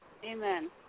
Amen